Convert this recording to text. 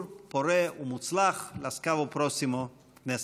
פורה ומוצלח.Laskavo prosymo Knesset.